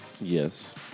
Yes